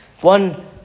One